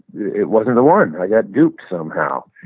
it wasn't the one. i got duped somehow.